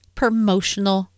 promotional